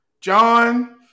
John